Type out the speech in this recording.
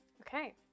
Okay